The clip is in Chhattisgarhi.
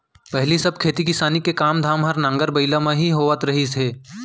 पहिली सब खेती किसानी के काम धाम हर नांगर बइला म ही होवत रहिस हे